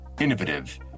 innovative